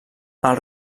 els